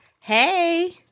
Hey